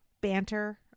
banter